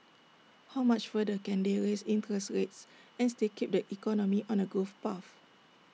how much further can they raise interest rates and still keep the economy on A growth path